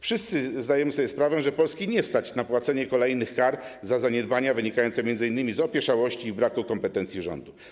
Wszyscy zdajemy sobie sprawę, że Polski nie stać na płacenie kolejnych kar za zaniedbania wynikające m.in. z opieszałości i braku kompetencji rządu.